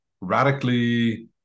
radically